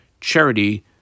charity